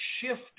shift